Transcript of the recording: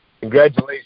Congratulations